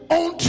on